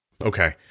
Okay